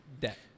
debt